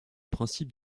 principe